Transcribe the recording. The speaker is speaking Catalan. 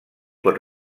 pot